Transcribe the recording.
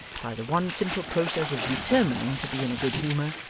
by the one simple process of determining to be in a good humour,